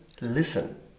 listen